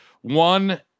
one –